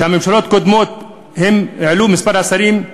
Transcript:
שממשלות קודמות העלו את מספר השרים,